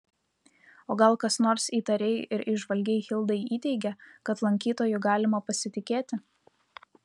o gal kas nors įtariai ir įžvalgiai hildai įteigė kad lankytoju galima pasitikėti